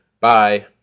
Bye